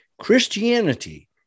Christianity